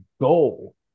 goal